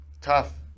tough